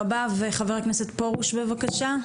תודה רבה, חבר הכנסת פרוש בבקשה.